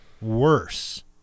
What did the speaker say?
worse